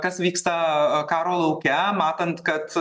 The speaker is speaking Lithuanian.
kas vyksta karo lauke matant kad